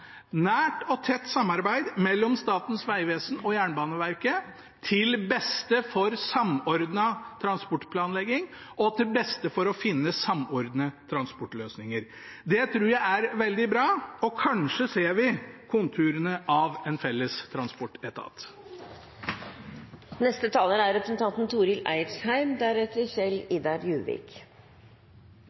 nært og tett samarbeid mellom Statens vegvesen og Jernbaneverket til beste for samordnet transportplanlegging og til beste for å finne samordnede transportløsninger. Det tror jeg er veldig bra, og kanskje ser vi konturene av en felles